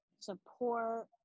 support